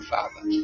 Father